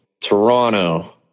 Toronto